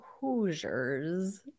hoosiers